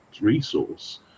resource